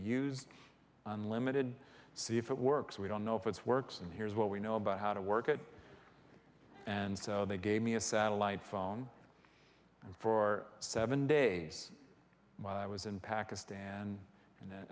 use unlimited see if it works we don't know if it's works and here's what we know about how to work it and so they gave me a satellite phone for seven days while i was in pakistan and